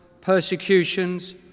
persecutions